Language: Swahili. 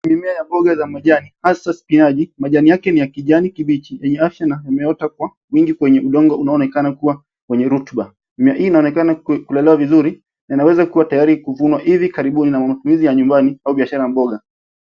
Mimea ya mboga za majani hasa spinachi. Majani yake ni ya kijani kibichi yenye afya na imeota kwa mwingi kwenye udongo unaoonekana kuwa wenye rutuba. Mimea hii inaonekana kulelewa vizuri, yanaweza kuwa tayari kuvunwa hivi karibuni na matumizi ya nyumbani au biashara ya mboga.